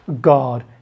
God